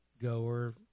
goer